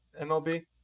mlb